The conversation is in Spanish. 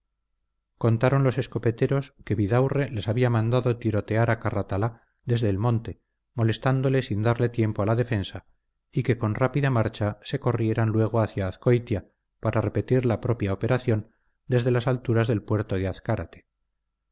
contaron los escopeteros que bidaurre les había mandado tirotear a carratalá desde el monte molestándole sin darle tiempo a la defensa y que con rápida marcha se corrieran luego hacia azcoitia para repetir la propia operación desde las alturas del puerto de azcárate